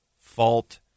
fault